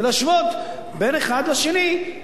ולהשוות בין אחד לשני,